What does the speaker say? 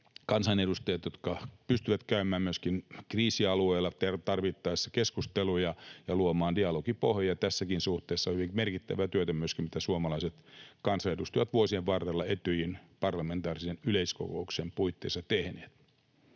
kansanedustajia, jotka pystyvät käymään myöskin kriisialueilla tarvittaessa keskusteluja ja luomaan dialogipohjaa. Tässäkin suhteessa on hyvin merkittävää työtä myöskin tämä, mitä suomalaiset kansanedustajat ovat vuosien varrella Etyjin parlamentaarisen yleiskokouksen puitteissa tehneet.